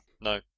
No